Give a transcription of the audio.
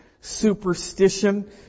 superstition